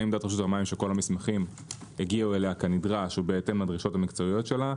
שכל המסמכים הגיעו אליו כנדרש או בהתאם לדרישות המקצועיות שלה,